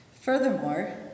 Furthermore